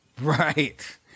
Right